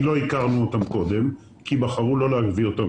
לא הכרנו אותם קודם כי כמו שאמרתי בחרו לא להביא אותם.